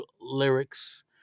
lyrics